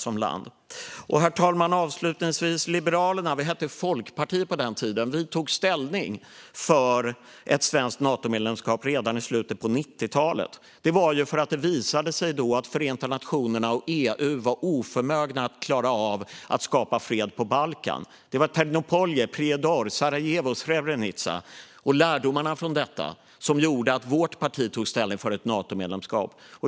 Avslutningsvis, herr talman: Liberalerna, som hette Folkpartiet på den tiden, tog ställning för ett svenskt Natomedlemskap redan i slutet av 90talet. Det var för att det då visade sig att Förenta nationerna och EU var oförmögna att klara av att skapa fred på Balkan. Det var Trnopolje, Prijedor, Sarajevo, Srebrenica och lärdomarna därifrån som gjorde att vårt parti tog ställning för ett Natomedlemskap.